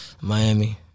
Miami